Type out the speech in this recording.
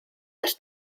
las